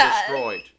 destroyed